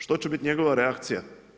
Što će bit njegova reakcija?